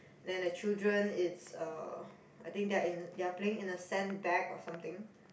then the children is uh I think they are in they are playing in the sand bag or something